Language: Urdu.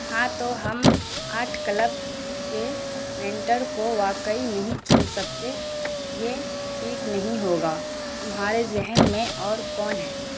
ہاں تو ہم آرٹ کلب کے مینٹر کو واقعی نہیں چن سکتے یہ ٹھیک نہیں ہوگا تمہارے ذہن میں اور کون ہیں